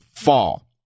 Fall